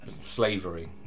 slavery